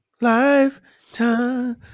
Lifetime